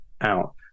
out